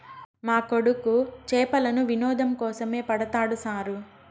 మా కొడుకు చేపలను వినోదం కోసమే పడతాడు సారూ